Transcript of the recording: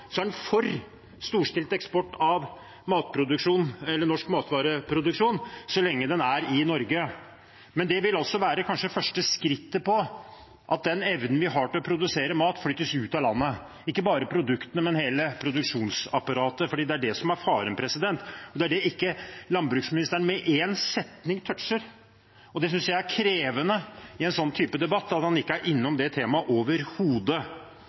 er han for storstilt eksport av norsk matvareproduksjon så lenge den skjer i Norge. Men dette vil kanskje være det første skrittet på veien til at den evnen vi har til å produsere mat, flyttes ut av landet – ikke bare produktene, men hele produksjonsapparatet. Det er det som er faren, og det er det landbruksministeren ikke med én setning toucher, og i en slik type debatt synes jeg det er krevende at han ikke er innom det temaet overhodet.